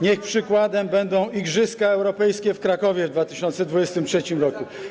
Niech przykładem będą igrzyska europejskie w Krakowie w 2023 r.